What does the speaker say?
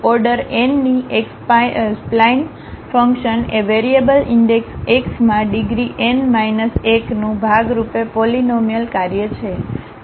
order n ની એક spline function એ વેરીએબલ ઈન્ડેક્સ x માં ડિગ્રી n માઇનસ 1 નું ભાગરૂપે પોલીનોમીઅલ કાર્ય છે